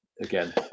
Again